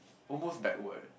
almost backward